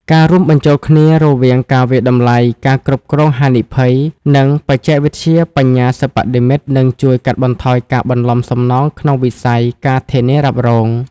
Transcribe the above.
ការរួមបញ្ចូលគ្នារវាងការវាយតម្លៃ ការគ្រប់គ្រងហានិភ័យ និងបច្ចេកវិទ្យាបញ្ញាសិប្បនិម្មិត នឹងជួយកាត់បន្ថយការបន្លំសំណងក្នុងវិស័យ ការធានារ៉ាប់រង។